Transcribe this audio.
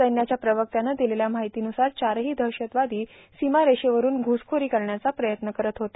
सैन्याच्या प्रवक्त्यानं दिलेल्या माहितीन्रसार चारही दहशतवादी सीमारेषेवरून ध्रुसखोरी करण्याच्या प्रयत्न करत होते